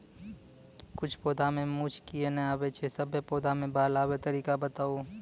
किछ पौधा मे मूँछ किये नै आबै छै, सभे पौधा मे बाल आबे तरीका बताऊ?